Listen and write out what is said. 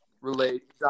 relate